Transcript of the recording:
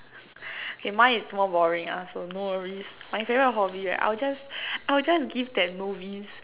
K mine is more boring lah so no worries my favorite hobby right I'll just I'll just give that novice